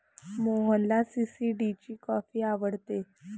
मोहनला सी.सी.डी ची कॉफी आवडते